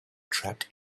trapped